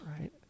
right